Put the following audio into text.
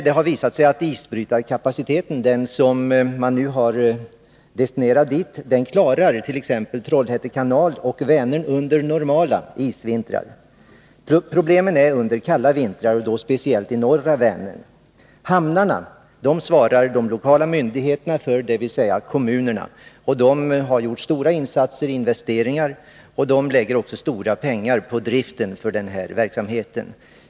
Det har visat sig att den isbrytarkapacitet man har destinerat dit klarar t.ex. Trollhätte kanal och Vänern under normala isvintrar. Problemen uppkommer under kalla vintrar, och då speciellt i norra Vänern. För hamnarna svarar de lokala myndigheterna, dvs. kommunerna. De har gjort stora insatser och investeringar, och de lägger också ner stora pengar på driften av denna verksamhet.